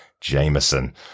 Jameson